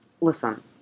listen